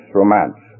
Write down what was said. romance